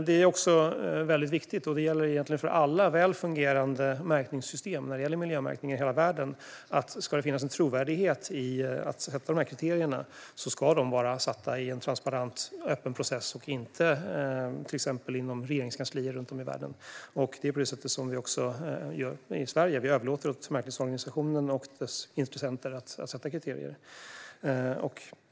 Det är också viktigt, och det gäller egentligen för alla väl fungerande miljömärkningssystem i hela världen, att om det ska finnas någon trovärdighet när det gäller att sätta upp de här kriterierna ska de vara satta i en transparent och öppen process och inte inom till exempel inom regeringskanslier runt om i världen. Det är på det sättet som vi gör i Sverige. Vi överlåter åt märkningsorganisationen och dess intressenter att sätta upp kriterier.